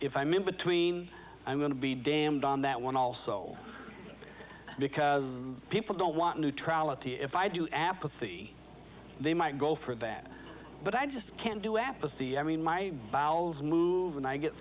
if i'm in between i'm going to be damned on that one also because people don't want neutrality if i do apathy they might go for that but i just can't do apathy i mean my bowels move and i get